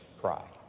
cry